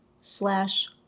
slash